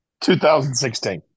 2016